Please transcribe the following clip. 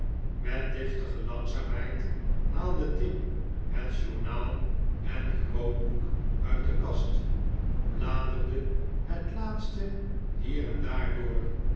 met deftige langzaamheid haalde tim het journaal en grootboek uit de kast bladerde het laatste hier en daar door